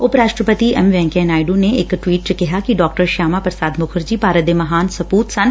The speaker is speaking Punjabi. ਉਪ ਰਾਸਟਰਪਤੀ ਐਮ ਵੈਂਕਈਆ ਨਾਇਡੂ ਨੇ ਇਕ ਟਵੀਟ ਚ ਕਿਹਾ ਕਿ ਡਾ ਸ਼ਿਆਮਾ ਪ੍ਰਸਾਦ ਮੁਖਰਜੀ ਭਾਰਤ ਦੇ ਮਹਾਨ ਸਪੁਤ ਸਨ